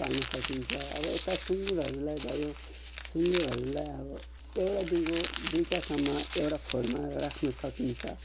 पाल्न सकिन्छ अब यता सुँगुरहरूलाई भयो सुँगुरहरूलाई अब एउटादेखिको दुईवटासम्म एउटा खोरमा राख्न सकिन्छ